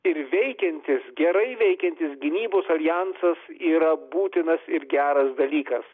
ir veikiantis gerai veikiantis gynybos aljansas yra būtinas ir geras dalykas